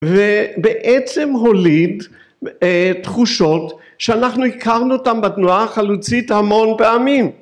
ובעצם הוליד תחושות שאנחנו הכרנו אותם בתנועה החלוצית המון פעמים